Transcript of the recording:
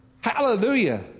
Hallelujah